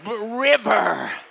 river